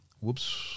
Whoops